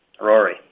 Rory